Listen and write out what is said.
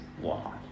Wow